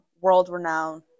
world-renowned